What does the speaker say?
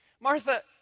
Martha